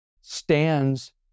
stands